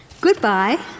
goodbye